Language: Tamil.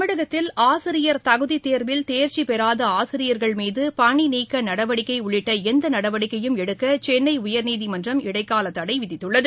தமிழகத்தில் ஆசிரியர் தகுதி தேர்வில் தேர்ச்சி பெறாத ஆசிரியர்கள் மீது பணி நீக்க நடவடிக்கை உள்ளிட்ட எந்த நடவடிக்கையும் எடுக்க சென்னை உயர்நீதிமன்றம் இடைக்கால தடை விதித்துள்ளது